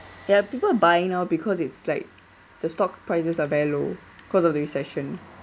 ya people are buying know because it's like the stock prices are very low cause of the recession